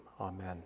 Amen